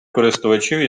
користувачів